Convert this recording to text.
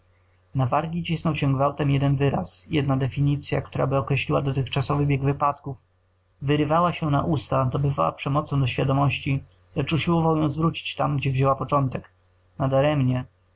na wargi cisnął się gwałtem jeden wyraz jedna definicya któraby określiła dotychczasowy bieg faktów wyrywała się na usta dobywała przemocą do świadomości lecz usiłował ją zawrócić tam gdzie wzięła początek nadaremnie